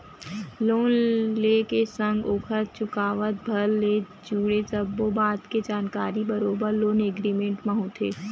loan ले के संग ओखर चुकावत भर ले जुड़े सब्बो बात के जानकारी बरोबर लोन एग्रीमेंट म होथे